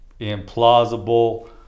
implausible